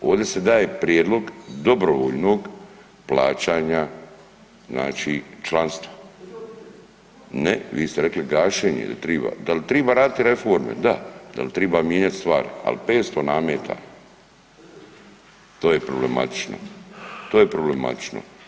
Ovdje se daje prijedlog dobrovoljnog plaćanja znači članstva … [[Upadica iz klupe se ne razumije]] Ne, vi ste rekli gašenje, dal triba raditi reforme, da, dal triba mijenjat stvari, al 500 nameta, to je problematično, to je problematično.